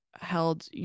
held